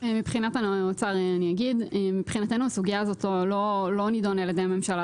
מבחינתנו, הסוגיה הזאת לא נידונה על ידי הממשלה.